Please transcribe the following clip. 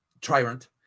tyrant